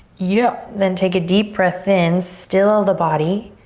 yup, then take a deep breath in, still the body,